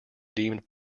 deemed